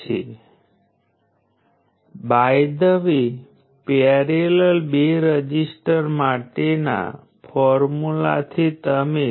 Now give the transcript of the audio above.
અહીં આપણે પોઝિટિવ મૂલ્ય સાથે રઝિસ્ટન્સને ધ્યાનમાં લઈએ છીએ જ્યાં ફિજીકલ રઝિસ્ટર હંમેશા પોઝિટિવ મૂલ્ય ધરાવે છે